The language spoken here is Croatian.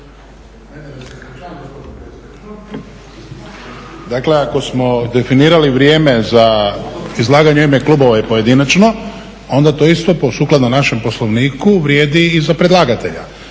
Dakle, ako smo definirali vrijeme za izlaganje u ime klubova i pojedinačno onda to isto sukladno našem Poslovniku vrijedi i za predlagatelja.